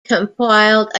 compiled